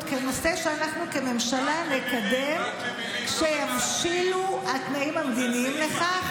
כנושא שאנחנו כממשלה נקדם כשיבשילו התנאים המדיניים לכך.